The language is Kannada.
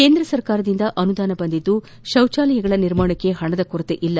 ಕೇಂದ್ರ ಸರ್ಕಾರದಿಂದ ಅನುದಾನ ಬಂದಿದ್ದು ಶೌಚಾಲಯಗಳ ನಿರ್ಮಾಣಕ್ಕೆ ಪಣದ ಕೊರತೆ ಇಲ್ಲ